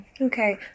Okay